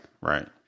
right